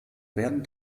werden